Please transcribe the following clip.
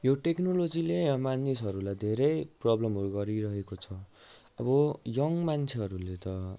यो टेक्नोलोजीले मानिसहरूलाई धेरै प्रबलमहरू गरिरहेको छ अब यङ मान्छेहरूले त